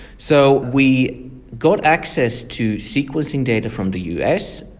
so we got access to sequencing data from the us,